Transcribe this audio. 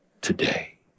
today